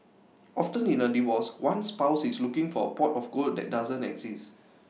often in A divorce one spouse is looking for A pot of gold that doesn't exist